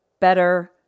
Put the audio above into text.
better